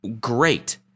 great